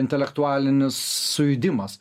intelektualinis sujudimas